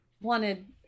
wanted